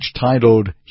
titled